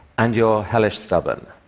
and you're hellish stubborn.